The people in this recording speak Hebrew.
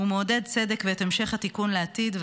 ומעודד צדק, ואת המשך התיקון לעתיד.